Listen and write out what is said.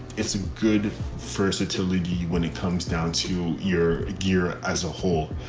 it's a good first utility when it comes down to your gear as a whole,